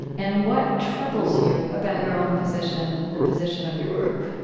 and what troubles you about your own position and the position of your group.